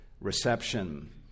reception